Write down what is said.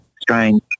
strange